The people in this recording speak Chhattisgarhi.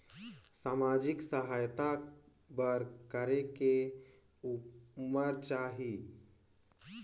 समाजिक सहायता बर करेके उमर चाही?